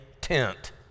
tent